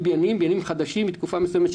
עניין ספציפי לבניינים חדשים שניבנו מתקופה מסוימת.